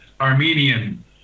Armenian